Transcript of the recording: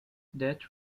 that